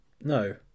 No